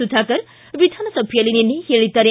ಸುಧಾಕರ್ ವಿಧಾನಸಭೆಯಲ್ಲಿ ನಿನ್ನೆ ಹೇಳಿದ್ದಾರೆ